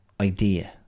idea